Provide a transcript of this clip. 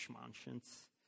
conscience